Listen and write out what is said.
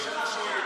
זאת סודיות רפואית,